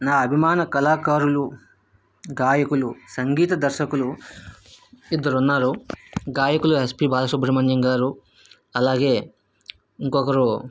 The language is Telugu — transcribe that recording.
నా అభిమాన కళాకారులు గాయకులు సంగీత దర్శకులు ఇద్దరు ఉన్నారు గాయకులు ఎస్పీ బాలసుబ్రమణ్యం గారు అలాగే ఇంకొకరు